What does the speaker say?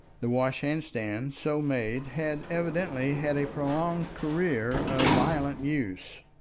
the washhandstand so made had evidently had a prolonged career of violent use,